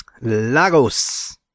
Lagos